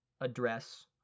address